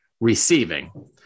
receiving